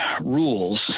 rules